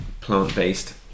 plant-based